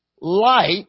light